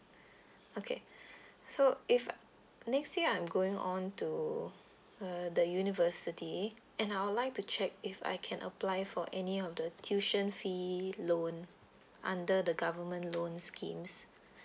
okay so if next year I'm going on to uh the university and I would like to check if I can apply for any of the tuition fee loan under the government loan schemes